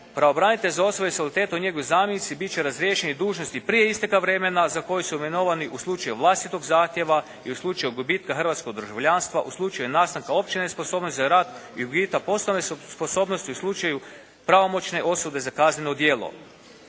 Pravobranitelj za osobe sa invaliditetom i njegovi zamjenici bit će razriješeni dužnosti prije isteka vremena za koji su imenovani u slučaju vlastitog zahtjeva i u slučaju gubitka hrvatskog državljanstva, u slučaju nastanka opće nesposobnosti za rad i gubitka poslovne sposobnosti u slučaju pravomoćne osude za kazneno djelo.